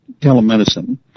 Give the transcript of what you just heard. telemedicine